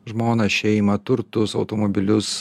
žmoną šeimą turtus automobilius